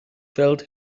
felt